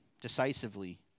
decisively